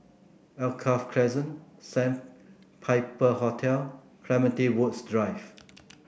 Alkaff Crescent Sandpiper Hotel Clementi Woods Drive